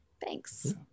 thanks